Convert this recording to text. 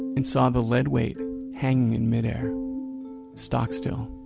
and saw the lead weight hanging in mid air stock still.